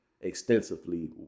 extensively